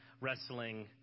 wrestling